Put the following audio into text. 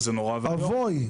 אבוי.